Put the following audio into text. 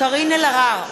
קארין אלהרר,